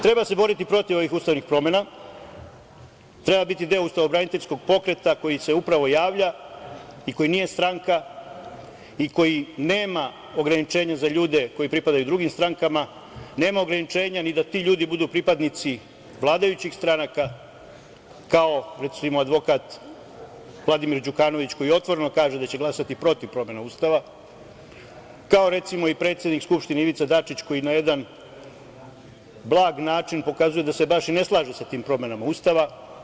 Treba se boriti protiv ovih ustavnih promena, treba biti deo ustavo-braniteljskog pokreta koji se upravo javlja, i koji nije stranka, i koji nema ograničenje za ljude koji pripadaju drugim strankama, nema ograničenja ni da ti ljudi budu pripadnici vladajućih stranaka, kao recimo advokat Vladimir Đukanović koji otvoreno kaže da će glasati protiv promene Ustava, kao recimo i predsednik Skupštine Ivica Dačić, koji na jedan blag način pokazuje da se baš i ne slaže sa tim promenama Ustava.